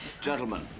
Gentlemen